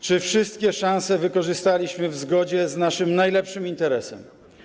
Czy wszystkie szanse wykorzystaliśmy w zgodzie z naszym najlepszym interesem?